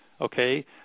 Okay